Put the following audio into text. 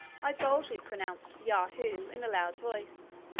i boldly pronounced yahoo in a loud voice,